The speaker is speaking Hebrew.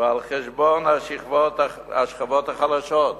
ועל חשבון השכבות החלשות?